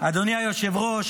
אדוני היושב-ראש,